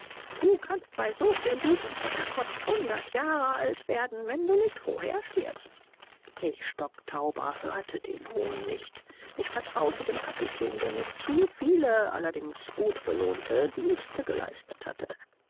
du kannst bei so viel gut und fetter kost hundert jahre alt werden wenn du nicht vorher stirbst ich stocktauber hörte den hohn nicht ich vertraute dem kapitän der mir zu viele allerdings gut belohnte dienste geleistet hatte